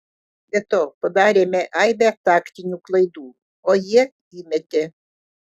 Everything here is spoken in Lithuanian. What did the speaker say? be to padarėme aibę taktinių klaidų o jie įmetė